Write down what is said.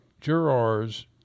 jurors